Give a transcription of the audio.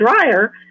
dryer